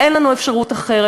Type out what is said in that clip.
אין לנו אפשרות אחרת.